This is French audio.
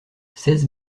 seize